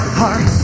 heart